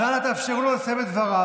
אז אנא תאפשרו לו לסיים את דבריו,